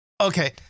Okay